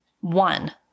One